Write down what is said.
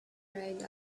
ride